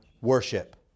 worship